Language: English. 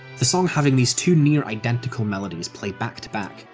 the song having these two near-identical melodies play back to back,